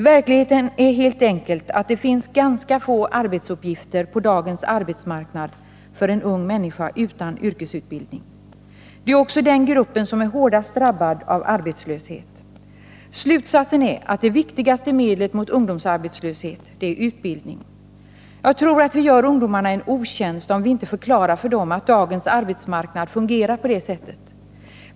Verkligheten är helt enkelt att det finns ganska få arbetsuppgifter på dagens arbetsmarknad för en ung människa utan yrkesutbildning. Det är också den gruppen som är hårdast drabbad av arbetslöshet. Slutsatsen är att det viktigaste medlet mot ungdomsarbetslöshet är utbildning. Jag tror att vi gör ungdomarna en otjänst om vi inte förklarar för dem att dagens arbetsmarknad fungerar på det sättet.